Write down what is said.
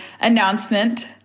announcement